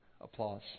applause